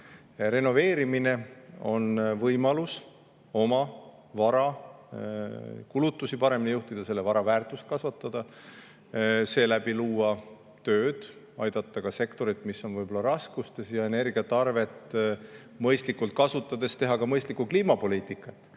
Renoveerimine on võimalus oma vara kulusid paremini juhtida, selle vara väärtust kasvatada, [tekitada] tööd, aidata sektorit, mis on võib-olla raskustes, ja energiat mõistlikult kasutades teha ka mõistlikku kliimapoliitikat.